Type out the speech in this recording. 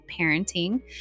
parenting